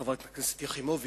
חברת הכנסת יחימוביץ,